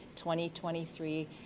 2023